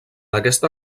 aquesta